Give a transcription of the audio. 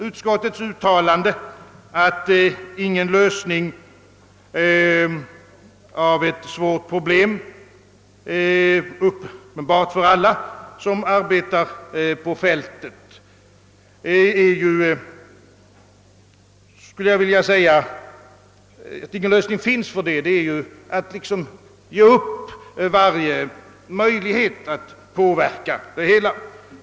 Utskottsmajoritetens uttalande, att ingen lösning finns för det svåra problemet — uppenbart för alla som arbetar på fältet — innebär ju, att man ger upp varje möjlighet att påverka det hela.